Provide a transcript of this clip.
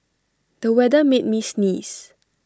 the weather made me sneeze